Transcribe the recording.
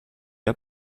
der